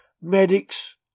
medics